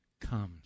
comes